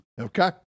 Okay